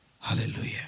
Hallelujah